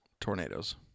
tornadoes